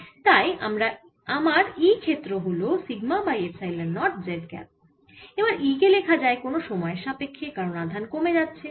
তাই আমার E ক্ষেত্র হল sigma by epsilon nought z cap এবার E কে লেখা যায় কোন সময়ের সাপেক্ষ্যে কারণ আধান কমে যাচ্ছে